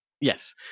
Yes